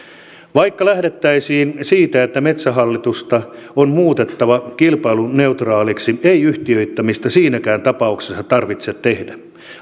vaikka lähdettäisiin siitä että metsähallitusta on muutettava kilpailuneutraaliksi ei yhtiöittämistä siinäkään tapauksessa tarvitse tehdä